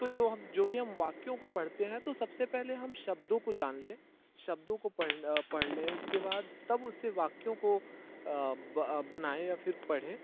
तो जो हम जोभी हम वाक्यों को पढ़ते हैं तो सबसे पहले हम शब्दों को जान लें शब्दों को पढ़ पढ़लें उसके बाद तब उससे वाक्यों को बनाएँ या फिर पढ़ें